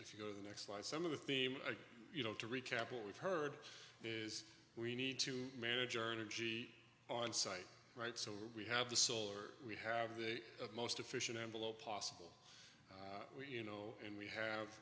if you go to the next slide some of the theme you know to recap what we've heard is we need to manage earn a g on site right so we have the solar we have the most efficient envelope possible you know and we have